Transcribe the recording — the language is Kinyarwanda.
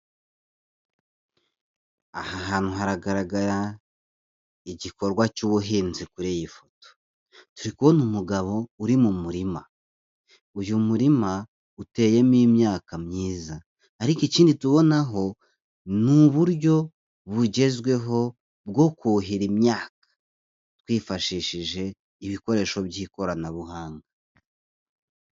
Aha hantu haragaragara igikorwa cy'ubuhinzi kuri iyi foto, turi kubona umugabo uri mu murima, uyu murima uteyemo imyaka myiza ariko ikindi tubonaho ni uburyo bugezweho bwo kuhira imyaka twifashishije ibikoresho by'ikoranabuhanga.